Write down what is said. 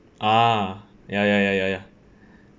ah ya ya ya ya ya